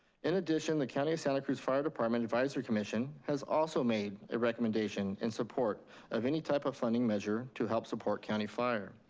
in addition, the county of santa cruz fire department advisory commission has also made a recommendation in support of any type of funding measure to help support county fire.